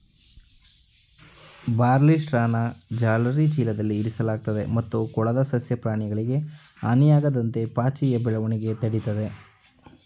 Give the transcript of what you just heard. ಬಾರ್ಲಿಸ್ಟ್ರಾನ ಜಾಲರಿ ಚೀಲದಲ್ಲಿ ಇರಿಸಲಾಗ್ತದೆ ಮತ್ತು ಕೊಳದ ಸಸ್ಯ ಪ್ರಾಣಿಗಳಿಗೆ ಹಾನಿಯಾಗದಂತೆ ಪಾಚಿಯ ಬೆಳವಣಿಗೆ ತಡಿತದೆ